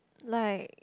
like